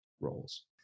roles